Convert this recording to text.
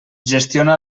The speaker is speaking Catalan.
gestiona